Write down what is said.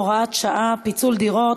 הוראת שעה) (פיצול דירות),